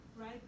right